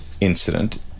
incident